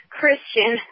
Christian